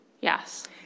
Yes